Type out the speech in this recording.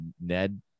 Ned